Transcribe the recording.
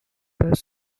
his